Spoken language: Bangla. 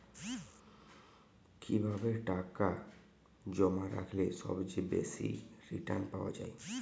কিভাবে টাকা জমা রাখলে সবচেয়ে বেশি রির্টান পাওয়া য়ায়?